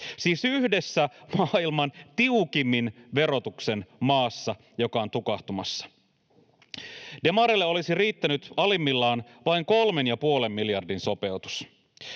siis yhdessä maailman tiukimman verotuksen maassa, joka on tukahtumassa. Demareille olisi riittänyt alimmillaan vain 3,5 miljardin sopeutus.